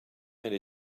and